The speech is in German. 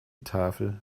tafel